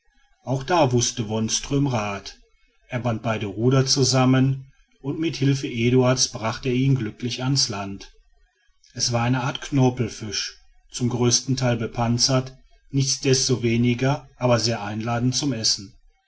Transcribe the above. auch da wußte wonström rat er band beide ruder zusammen und mit hilfe eduards brachte er ihn glücklich an's land es war eine art knorpelfisch zum größten teil bepanzert nichtsdestoweniger aber sehr einladend zum essen